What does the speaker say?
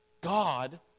God